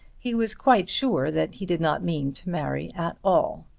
he was quite sure that he did not mean to marry at all.